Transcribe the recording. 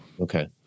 Okay